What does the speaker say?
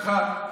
זה לשיטתך.